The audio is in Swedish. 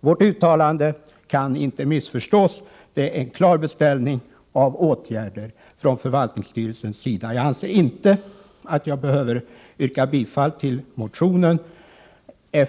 Vårt uttalande kan inte missförstås. Det är en klar beställning av åtgärder från förvaltningsstyrelsens sida. Jag anser inte att jag behöver yrka bifall till motionen, för min